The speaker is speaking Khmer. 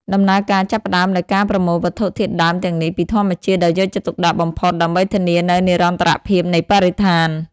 ដំណើរការចាប់ផ្តើមដោយការប្រមូលវត្ថុធាតុដើមទាំងនេះពីធម្មជាតិដោយយកចិត្តទុកដាក់បំផុតដើម្បីធានានូវនិរន្តរភាពនៃបរិស្ថាន។